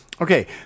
Okay